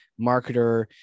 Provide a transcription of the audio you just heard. marketer